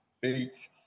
beat